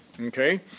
Okay